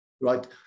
right